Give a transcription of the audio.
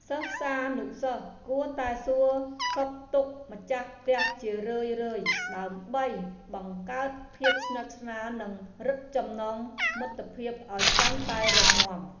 សិស្សានុសិស្សគួរតែសួរសុខទុក្ខម្ចាស់ផ្ទះជារឿយៗ ដើម្បីបង្កើតភាពស្និទ្ធស្នាលនិងរឹតចំណងមិត្តភាពឱ្យកាន់តែរឹងមាំ។